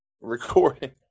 recording